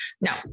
no